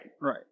Right